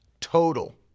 total